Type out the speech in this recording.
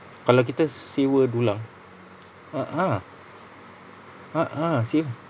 kalau kita sewa dulang a'ah a'ah se~